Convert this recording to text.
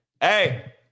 hey